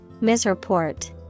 Misreport